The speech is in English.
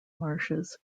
marshes